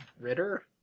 Ritter